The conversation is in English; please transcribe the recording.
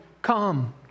Come